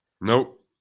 Nope